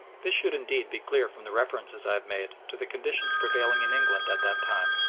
this should indeed be clear from the references i have made to the conditions prevailing in england at that time.